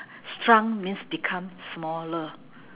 shrunk means become smaller